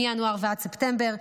מינואר עד ספטמבר,